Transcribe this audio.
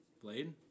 Blade